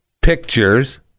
pictures